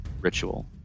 ritual